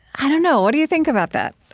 i don't know, what do you think about that?